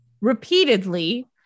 repeatedly